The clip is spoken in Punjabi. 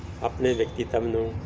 ਆਪਣੇ ਵਿਅਕਤੀਤਵ ਨੂੰ